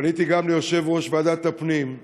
פניתי גם ליושב-ראש ועדת הפנים,